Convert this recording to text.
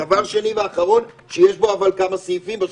דבר שני ואחרון, אבל שיש בו כמה סעיפים.